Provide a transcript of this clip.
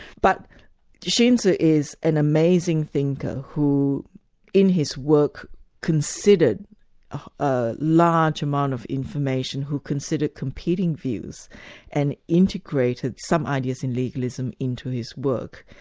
but xunzi is an amazing thinker who in his work considered a large amount of information, who considered competing views and integrated some ideas in legalism into his work,